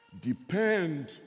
Depend